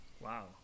Wow